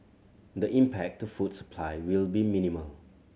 the impact to food supply will be minimal